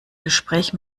gespräch